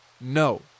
No